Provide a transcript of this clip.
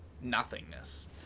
Nothingness